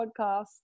podcast